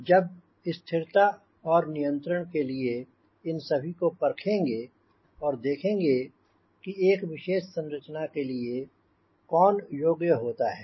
और जब स्थिरता और नियंत्रण के लिए इन सभी को परखेंगे और देखेंगे कि एक विशेष संरचना के लिए कौन योग्य होता है